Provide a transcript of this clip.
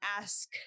ask